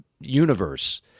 universe